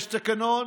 יש תקנון,